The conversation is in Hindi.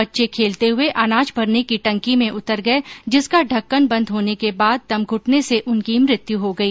बच्चे खेलते हये अनाज भरने की टंकी में उतर गये जिसका ढक्कन बंद होने के बाद दम घुटने र्स उनकी मृत्यु हो गई